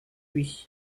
oui